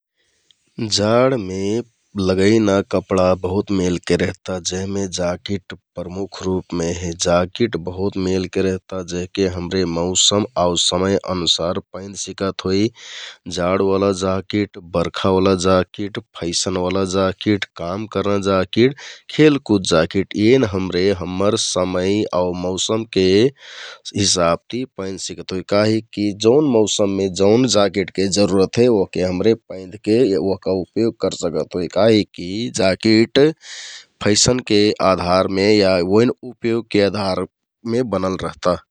जाडमे लघेना कपडा बहुत मेलके रेहता जेहमे जाकेट प्रमुख रुपमे हे । जाकेट बहुत मेलके रेहता जेहके हमरे मौसम आउ समय अनुसार पैंधसिकत होइ । जाडओला ज्याकेट, बर्खाओला ज्याकेट, फैसनओला ज्याकेट, काम करना ज्याकेट, खेलकुद ज्याकेट एन हमरे हम्मर समय आउ मौसमके हिसाबति पैंधसिकत होइ । काहिककि जौन मौसममे जौन जाकेटके जरुरत हे ओहके हमरे पैंधकव ओहका उपयोग करसिकत होइ काहिककि ज्याकेट फैसनके आधारमे या ओइन उपयोगके आधारमे बनल रहता ।